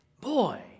boy